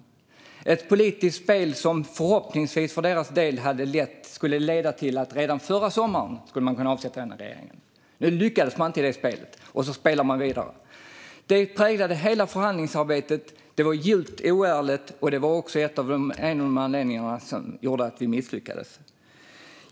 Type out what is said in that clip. Det var ett politiskt spel som förhoppningsvis, för Moderaternas del, skulle leda till att man redan förra sommaren kunde avsätta regeringen. Nu lyckades man inte i det spelet, men man spelade vidare. Detta präglade hela förhandlingsarbetet. Det var djupt oärligt, och det var också en av anledningarna till att vi misslyckades.